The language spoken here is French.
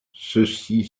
ceci